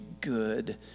good